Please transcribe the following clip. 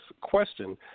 question